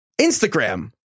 Instagram